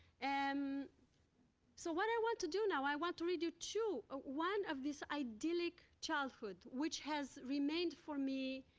and so, what i want to do now i want to read you two er, one of this idyllic childhood which has remained for me